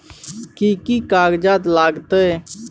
कि कि कागजात लागतै?